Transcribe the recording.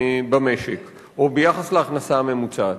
במשק או ביחס להכנסה הממוצעת.